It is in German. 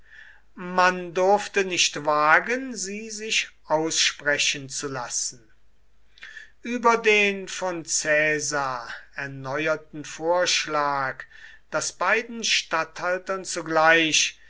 man durfte nicht wagen sie sich aussprechen zu lassen über den von caesar erneuerten vorschlag daß beiden statthaltern zugleich